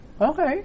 Okay